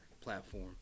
platform